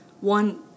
One